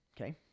Okay